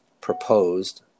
proposed